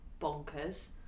bonkers